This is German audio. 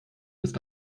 ist